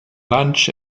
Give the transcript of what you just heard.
lunch